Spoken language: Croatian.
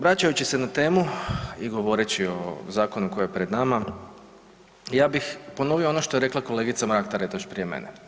Vraćajući se na temu i govoreći o zakonu koji je pred nama, ja bi ponovio ono što je rekla kolegica Mrak-Taritaš prije mene.